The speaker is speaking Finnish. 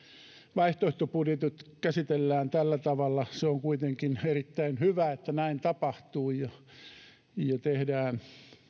vaihtoehtobudjetit käsitellään tällä tavalla on kuitenkin erittäin hyvä että näin tapahtuu ja tehdään